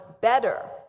better